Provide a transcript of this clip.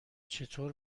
چطور